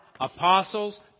apostles